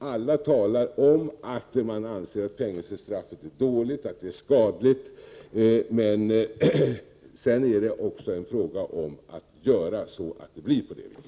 Alla säger sig anse att fängelsestraffet är ett dåligt och skadligt alternativ. Men sedan gäller det ju att också göra något.